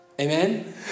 Amen